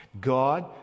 God